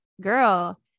girl